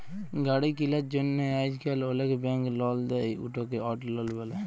গাড়ি কিলার জ্যনহে আইজকাল অলেক ব্যাংক লল দেই, উটকে অট লল ব্যলে